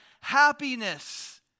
happiness